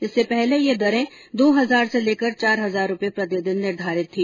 इससे पहले ये दरें दो हजार से लेकर चार हजार रूपये प्रतिदिन निर्धारित थी